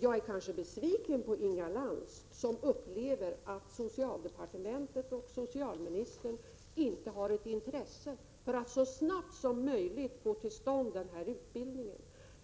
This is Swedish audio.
Jag är litet besviken över att Inga Lantz upplever att socialdepartementet och socialministern inte har något intresse för att så snart som möjligt få till stånd denna utbildning.